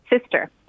sister